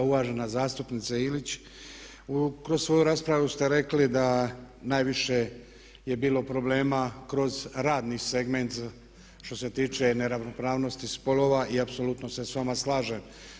Uvažena zastupnice Ilić, kroz svoju raspravu ste rekli da najviše je bilo problema kroz radni segment što se tiče neravnopravnosti spolova i apsolutno se s vama slažem.